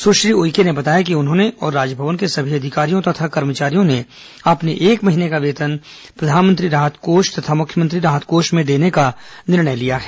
सुश्री उइके ने बताया कि उन्होंने और राजमवन के सभी अधिकारियों तथा कर्मचारियों ने अपने एक महीने का वेतन प्रधानमंत्री राहत कोष तथा मुख्यमंत्री राहत कोष में देने का निर्णय लिया है